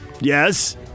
yes